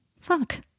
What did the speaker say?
Fuck